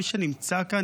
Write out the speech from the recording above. מי שנמצא כאן,